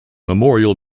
memorial